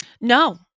No